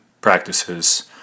practices